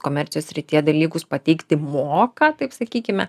komercijos srityje dalykus pateikti moka taip sakykime